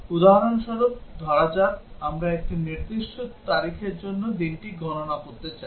উদাহরণস্বরূপ ধরা যাক আমরা একটি নির্দিষ্ট তারিখের জন্য দিনটি গণনা করতে চাই